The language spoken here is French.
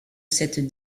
cette